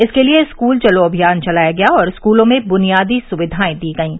इसके लिए स्कूल चलो अभियान चलाया गया और स्कूलों में बुनियादी सुविधाएं दी गईं